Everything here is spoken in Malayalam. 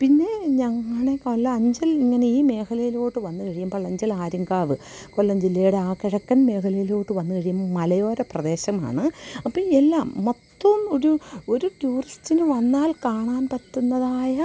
പിന്നെ ഞങ്ങളെ പല അഞ്ചല് ഇങ്ങനെ ഈ മേഖലയിലോട്ട് വന്നു കഴിയുമ്പോൾ അഞ്ചൽ ആര്യന്കാവ് കൊല്ലം ജില്ലയുടെ ആ കിഴക്കന് മേഖലയിലോട്ട് വന്നു കഴിയുമ്പം മലയോരപ്രദേശമാണ് അപ്പം ഈ എല്ലാം മൊത്തവും ഒരു ഒരു ടൂറിസ്റ്റിന് വന്നാല് കാണാന് പറ്റുന്നതായ